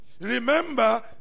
Remember